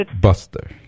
buster